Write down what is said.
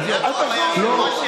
הם עשו טעות,